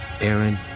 Aaron